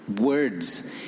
words